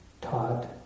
taught